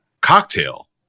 cocktail